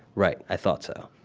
right. i thought so.